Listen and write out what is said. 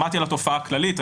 שמעתי על התופעה הכללית.